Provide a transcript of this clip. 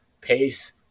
Pace